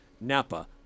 Napa